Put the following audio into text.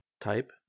type